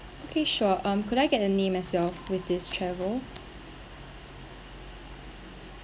okay sure um could I get a name as well with this travel